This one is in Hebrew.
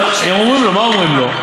"הם אומרים לו, מה הם אומרים לו?